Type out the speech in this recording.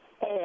hey